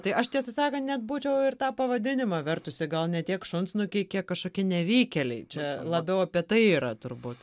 tai aš tiesą sakant net būčiau ir tą pavadinimą vertusi gal ne tiek šunsnukiai kiek kažkokie nevykėliai čia labiau apie tai yra turbūt